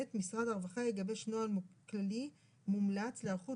משרד הרווחה יגבש נוהל כללי מומלץ להיערכות